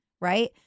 Right